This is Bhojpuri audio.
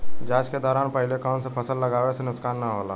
जाँच के दौरान पहिले कौन से फसल लगावे से नुकसान न होला?